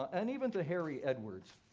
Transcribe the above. and even to harry edwards,